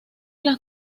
las